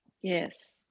yes